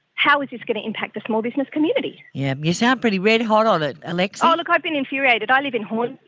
how is this going to impact the small business community? yeah you sound pretty red-hot on ah ah like ah like i've been infuriated. i live in hornsby,